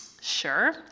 sure